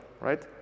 right